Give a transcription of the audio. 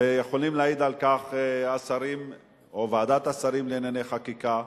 ויכולים להעיד על כך השרים או ועדת השרים לענייני חקיקה,